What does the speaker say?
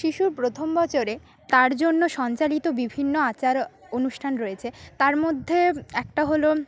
শিশুর প্রথম বছরে তার জন্য সঞ্চালিত বিভিন্ন আচার অনুষ্ঠান রয়েছে তার মধ্যে একটা হলো